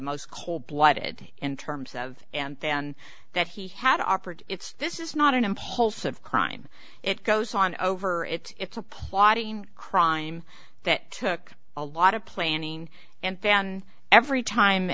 most cold blooded in terms of and then that he had offered it's this is not an impulsive crime it goes on over it it's a plotting crime that took a lot of planning and then every time